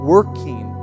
working